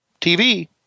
TV